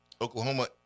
Oklahoma